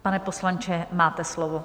Pane poslanče, máte slovo.